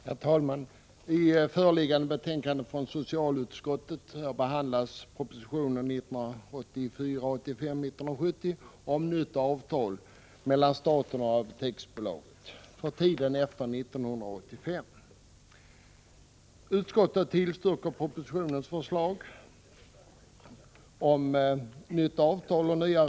Herr talman! I föreliggande betänkande från socialutskottet behandlas proposition 1984/85:170 om nytt avtal mellan staten och Apoteksbolaget för tiden efter 1985.